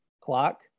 clock